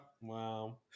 Wow